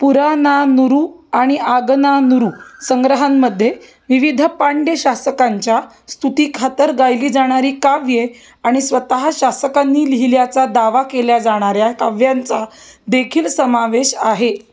पुरानानुरू आणि आगनानुरू संग्रहांमध्ये विविध पांड्य शासकांच्या स्तुतीखातर गायली जाणारी काव्ये आणि स्वतः शासकांनी लिहिल्याचा दावा केल्या जाणाऱ्या काव्यांचा देखील समावेश आहे